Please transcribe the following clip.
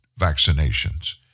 vaccinations